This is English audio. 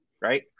right